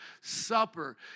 supper